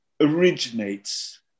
originates